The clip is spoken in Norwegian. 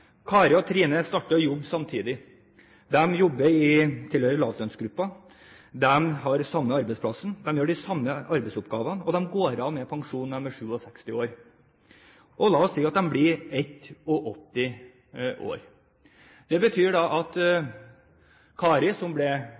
Kari og Trine startet å jobbe samtidig. De tilhører lavtlønnsgruppen. De har den samme arbeidsplassen, de gjør de samme arbeidsoppgavene, og de går av med pensjon når de er 67 år. La oss si at de blir 81 år. Det betyr da at Trine, som